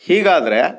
ಹೀಗಾದರೆ